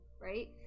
right